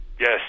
Yes